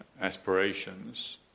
aspirations